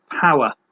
power